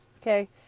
okay